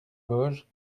vosges